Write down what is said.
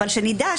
אבל שנדע,